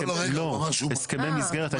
לא, הסכמי מסגרת.